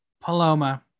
Paloma